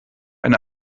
eine